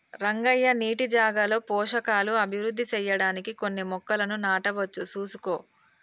రంగయ్య నీటి జాగాలో పోషకాలు అభివృద్ధి సెయ్యడానికి కొన్ని మొక్కలను నాటవచ్చు సూసుకో